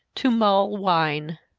to mull wine.